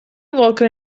walker